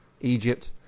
egypt